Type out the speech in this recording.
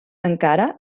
encara